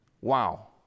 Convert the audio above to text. Wow